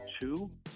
two